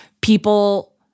People